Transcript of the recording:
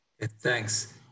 Thanks